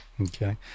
okay